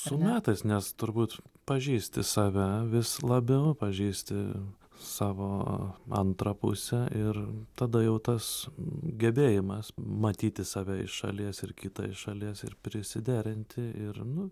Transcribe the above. su metais nes turbūt pažįsti save vis labiau pažįsti savo antrą pusę ir tada jau tas gebėjimas matyti save iš šalies ir kitą iš šalies ir prisiderinti ir nu